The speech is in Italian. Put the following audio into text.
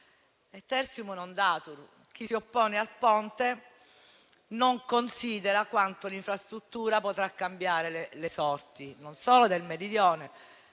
*Tertium non datur*: chi si oppone al Ponte non considera quanto l'infrastruttura potrà cambiare le sorti non solo del Meridione,